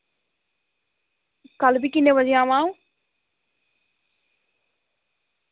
कल फ्ही किन्ने बजे आवां अ'ऊं